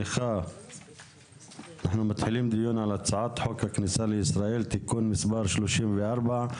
אנחנו מתחילים דיון בהצעת חוק הכניסה לישראל (תיקון מס' 34),